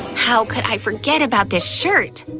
how could i forget about this shirt?